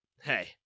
hey